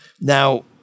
Now